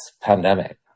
pandemic